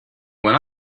when